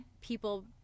people